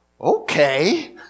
Okay